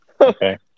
Okay